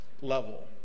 level